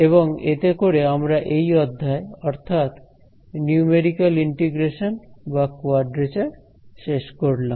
এবং এতে করে আমরা এই অধ্যায় অর্থাৎ নিউমেরিক্যাল ইন্টিগ্রেশন বা কোয়াড্রেচার শেষ করলাম